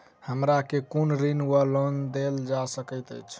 हमरा केँ कुन ऋण वा लोन देल जा सकैत अछि?